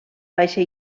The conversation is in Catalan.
baixa